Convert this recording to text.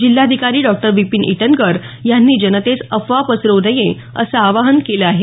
जिल्हाधिकारी डॉ विपीन इटनकर यांनी जनतेस अफवा पसरवू नये असं आवाहन केलं आहे